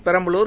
Perambalur